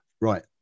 Right